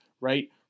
right